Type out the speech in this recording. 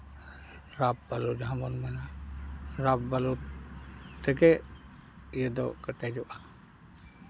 ᱨᱟᱯᱷ ᱵᱟᱹᱞᱩ ᱡᱟᱦᱟᱸ ᱵᱚᱱ ᱢᱮᱱᱟ ᱨᱟᱯᱷ ᱵᱟᱹᱞᱩ ᱛᱮᱜᱮ ᱤᱭᱟᱹ ᱫᱚ ᱠᱮᱴᱮᱡᱚᱜᱼᱟ